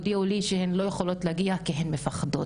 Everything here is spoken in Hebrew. הודיעו לי שהן לא יכולות להגיע כי הן פוחדות.